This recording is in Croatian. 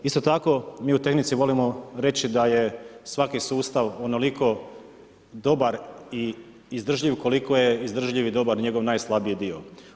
Isto tako mi u tehnici volimo reci da je svaki sustav onoliko dobar i izdržljiv koliko je izdržljiv i dobar njegov najslabiji dio.